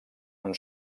amb